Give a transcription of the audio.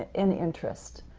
an interest,